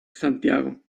santiago